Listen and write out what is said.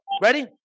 ready